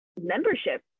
membership